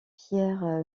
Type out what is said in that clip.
pierre